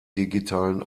digitalen